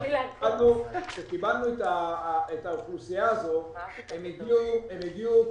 כשקיבלנו את האוכלוסייה הזאת הם הגיעו כבודדים.